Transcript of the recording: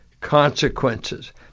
consequences